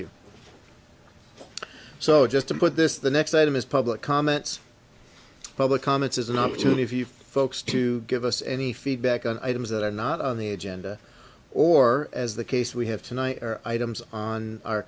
you so just to put this the next item is public comments public comments as an opportunity if you folks to give us any feedback on items that are not on the agenda or as the case we have tonight items on our